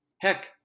Heck